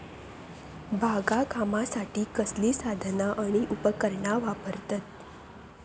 बागकामासाठी कसली साधना आणि उपकरणा वापरतत?